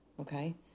Okay